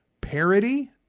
parody